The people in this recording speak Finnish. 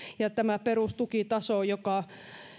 ja tämä perustukitaso joka